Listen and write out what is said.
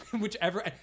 whichever